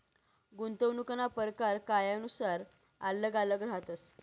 गुंतवणूकना परकार कायनुसार आल्लग आल्लग रहातस